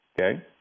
Okay